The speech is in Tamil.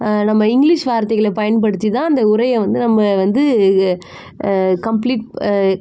நம்ம இங்கிலிஷ் வார்த்தைகளை பயன்படுத்திதான் அந்த உரையை வந்து நம்ம வந்து கம்ப்ளீட்